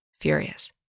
furious